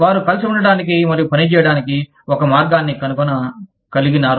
వారు కలిసి ఉండటానికి మరియు పని చేయడానికి ఒక మార్గాన్ని కనుగొనగలిగారు